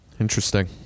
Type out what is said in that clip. Interesting